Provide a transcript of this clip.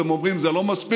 והם אומרים: זה לא מספיק,